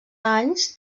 anys